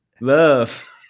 Love